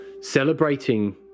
celebrating